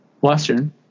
Western